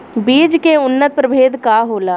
बीज के उन्नत प्रभेद का होला?